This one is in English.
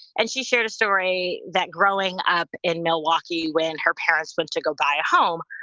and she shared a story that growing up in milwaukee when her parents went to go buy a home.